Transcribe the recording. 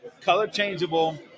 color-changeable